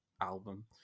album